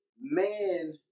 man